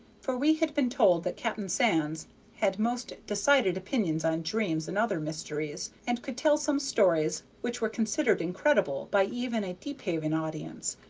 for we had been told that captain sands had most decided opinions on dreams and other mysteries, and could tell some stories which were considered incredible by even a deephaven audience,